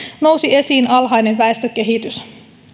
nousi esiin alhainen väestökehitys